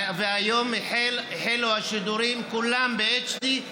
והיום החלו השידורים כולם ב-HD,